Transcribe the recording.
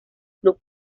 club